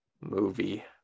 movie